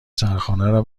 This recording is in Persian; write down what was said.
سرخانه